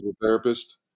therapist